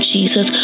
Jesus